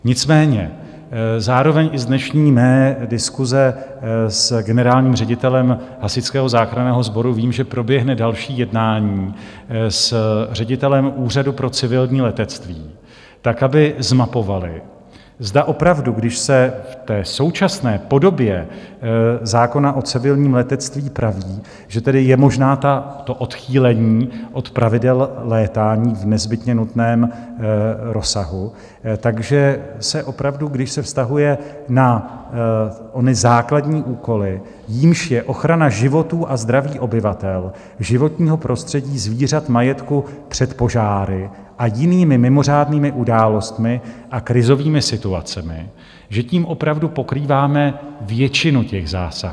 Nicméně zároveň i z dnešní mé diskuse s generálním ředitelem Hasičského záchranného sboru vím, že proběhne další jednání s ředitelem Úřadu pro civilní letectví tak, aby zmapovali, zda opravdu, když se v současné podobě zákona o civilním letectví praví, že tedy je možné odchýlení od pravidel létání v nezbytně nutném rozsahu, takže se opravdu, když se vztahuje na ony základní úkoly, jímž je ochrana životů a zdraví obyvatel, životního prostředí, zvířat, majetku před požáry a jinými mimořádnými událostmi a krizovými situacemi, že tím opravdu pokrýváme většinu těch zásahů.